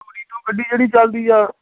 ਧੂਰੀ ਤੋਂ ਗੱਡੀ ਜਿਹੜੀ ਚੱਲਦੀ ਆ